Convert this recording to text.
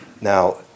Now